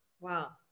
Wow